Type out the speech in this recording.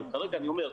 כרגע אני אומר,